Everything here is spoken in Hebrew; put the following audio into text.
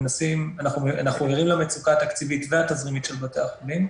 אנחנו ערים למצוקה התקציבית והתזרימית של בתי החולים,